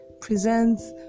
presents